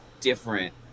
different